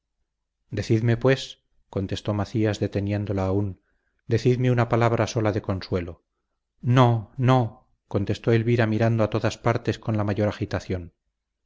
decidme pues contestó macías deteniéndola aún decidme una palabra sola de consuelo no no contestó elvira mirando a todas partes con la mayor agitación